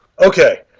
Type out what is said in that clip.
okay